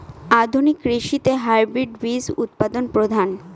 আধুনিক কৃষিতে হাইব্রিড বীজ উৎপাদন প্রধান